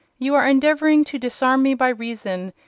you are endeavouring to disarm me by reason,